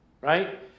right